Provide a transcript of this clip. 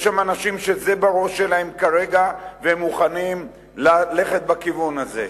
יש שם אנשים שזה בראש שלהם כרגע והם מוכנים ללכת בכיוון הזה.